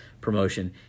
promotion